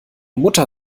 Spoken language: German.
mutter